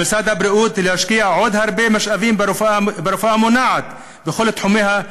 על משרד הבריאות להשקיע עוד הרבה משאבים ברפואה המונעת על כל תחומיה,